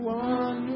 one